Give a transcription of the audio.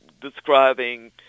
describing